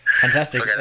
Fantastic